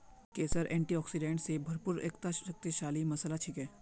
केसर एंटीऑक्सीडेंट स भरपूर एकता शक्तिशाली मसाला छिके